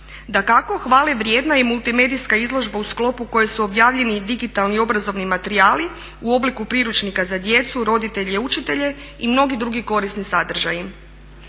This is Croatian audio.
Dakako, hvalevrijedna je i multimedijska izložba u sklopu koje su objavljeni i digitalni obrazovni materijali u obliku priručnika za djecu, roditelje i učitelje i mnoge druge korisne sadržaje.